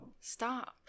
Stop